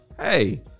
hey